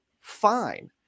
fine